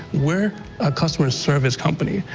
we're a customer service company.